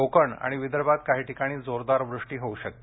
कोकण आणि विदर्भात काही ठिकाणी जोरदार वृष्टी होऊ शकते